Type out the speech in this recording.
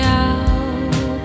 out